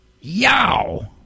Yow